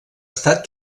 estat